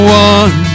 one